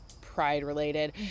pride-related